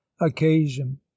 occasion